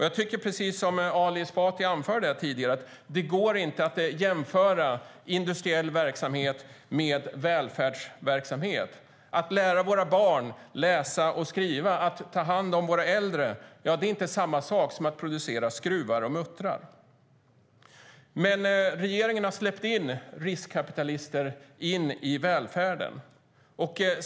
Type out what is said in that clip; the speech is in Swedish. Jag tycker precis som Ali Esbati anförde här tidigare: Det går inte att jämföra industriell verksamhet med välfärdsverksamhet. Att lära våra barn att läsa och skriva och att ta hand om våra äldre är inte samma sak som att producera skruvar och muttrar. Men regeringen har släppt in riskkapitalister i välfärden.